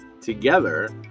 together